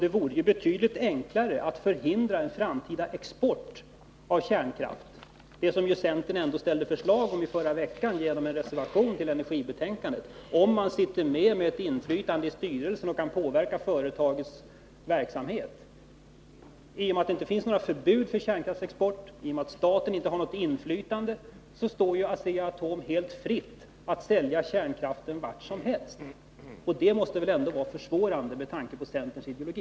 Det är naturligtvis betydligt enklare att förhindra en framtida export av kärnkraft — det som centern ställde förslag om förra veckan genom en reservation vid energibetänkandet — om staten har inflytande i styrelsen och kan påverka företagets verksamhet! Genom att det inte finns något förbud mot kärnkraftsexport och genom att staten inte får något inflytande står det Asea-Atom helt fritt att sälja kärnkraften vart som helst. Det måste väl vara försvårande med tanke på centerns ideologi.